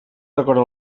decora